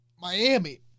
Miami